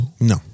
No